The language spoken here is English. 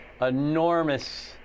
enormous